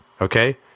Okay